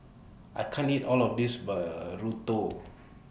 I can't eat All of This Burrito